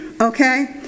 okay